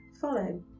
follow